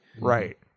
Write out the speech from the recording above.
Right